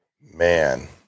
Man